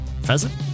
Pheasant